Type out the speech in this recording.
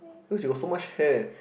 cause you got so much hair